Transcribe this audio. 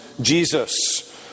Jesus